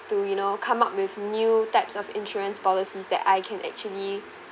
to you know come up with new types of insurance policies that I can actually